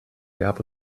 gab